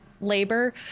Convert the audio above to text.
labor